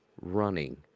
running